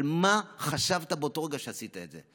אבל מה חשבת באותו רגע שעשית את זה?